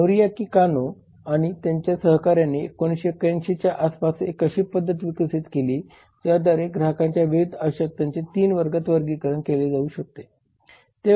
Noriaki Kano आणि त्यांच्या सहकाऱ्यांनी 1979 च्या आसपास एक अशी पद्धत विकसित केली ज्याद्वारे ग्राहकांच्या विविध आवश्यकतांचे ३ वर्गात वर्गीकरण केले जाऊ शकते